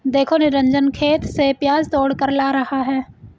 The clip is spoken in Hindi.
देखो निरंजन खेत से प्याज तोड़कर ला रहा है